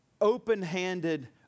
open-handed